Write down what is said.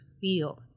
feel